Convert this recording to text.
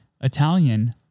Italian